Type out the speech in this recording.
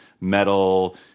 metal